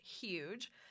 huge